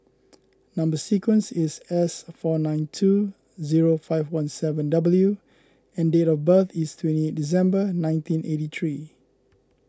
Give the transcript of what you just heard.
Number Sequence is S four nine two zero five one seven W and date of birth is twenty eight December nineteen eighty three